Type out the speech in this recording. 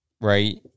right